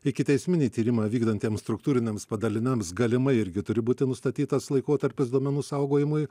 ikiteisminį tyrimą vykdantiems struktūriniams padaliniams galimai irgi turi būti nustatytas laikotarpis duomenų saugojimui